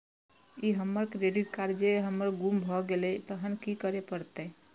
ई हमर credit card जौं हमर गुम भ गेल तहन की करे परतै?